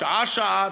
שעה-שעה,